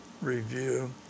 review